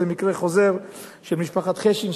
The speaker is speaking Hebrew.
זה מקרה חוזר של משפחת חשין,